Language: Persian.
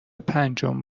پنجم